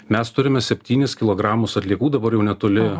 mes turime septynis kilogramus atliekų dabar jau netoli